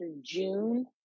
June